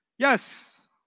Yes